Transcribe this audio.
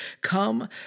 Come